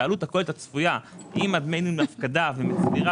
העלות הכוללת הצפויה עם דמי הפקדה ותקרה,